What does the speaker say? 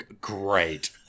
Great